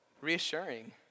reassuring